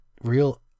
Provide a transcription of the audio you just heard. real